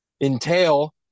entail